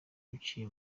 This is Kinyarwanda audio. biciye